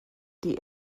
die